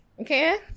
Okay